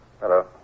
Hello